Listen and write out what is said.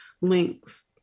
links